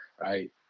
right